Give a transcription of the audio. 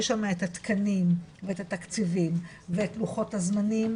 יש שם את התקנים ואת התקציבים ואת לוחות הזמנים